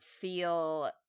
feel